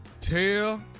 Tell